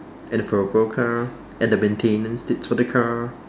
and the purple car and the maintenance tips for the car